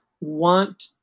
Want